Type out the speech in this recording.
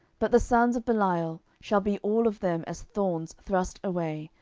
but the sons of belial shall be all of them as thorns thrust away,